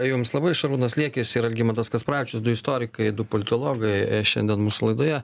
jums labai šarūnas liekis ir algimantas kasparavičius du istorikai du politologai šiandien mūsų laidoje